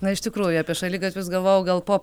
na iš tikrųjų apie šaligatvius galvojau gal po